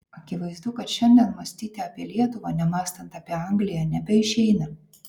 akivaizdu kad šiandien mąstyti apie lietuvą nemąstant apie angliją nebeišeina